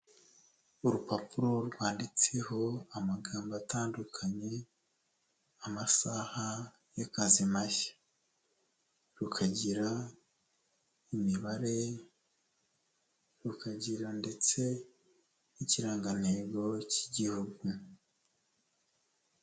Urupapuro rwanditseho amagambo atandukanye, amasaha y'akazi mashya. Rukagira imibare, rukagira ndetse n'ikirangantego cy'igihugu.